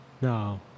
No